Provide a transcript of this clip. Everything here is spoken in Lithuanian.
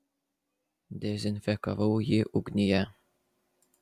dezinfekavau jį ugnyje